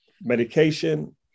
medication